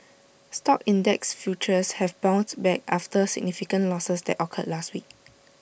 stock index futures have bounced back after significant losses that occurred last week